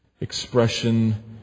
expression